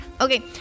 Okay